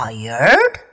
Tired